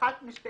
משני